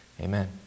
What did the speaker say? Amen